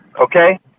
okay